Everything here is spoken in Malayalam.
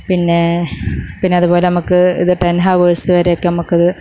പിന്നേ പിന്നെ അതുപോലെ നമുക്ക് ഇത് ടെൻ ഹവേഴ്സ്സ് വരെയൊക്കെ നമുക്ക് ഇത്